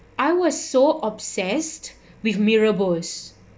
I was so obsessed with mee rebus